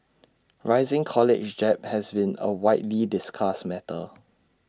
rising college has been A widely discussed matter